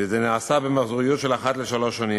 וזה נעשה במחזוריות של אחת לשלוש שנים.